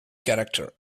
character